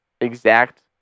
exact